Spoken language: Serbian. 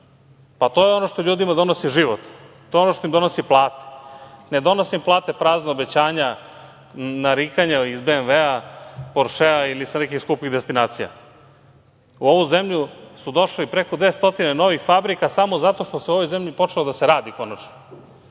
To je ono što ljudima donosi život, to jeo no što im donosi plate. Ne donosi im plate prazna obećanja, narikanja iz BMW- a, Porešea ili sa nekih skupih destinacija.U ovu zemlju su došle preko 200 novih fabrika samo zato što se u ovoj zemlji počelo da se radi konačno,